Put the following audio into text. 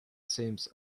seems